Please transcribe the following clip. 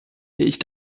ich